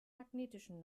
magnetischen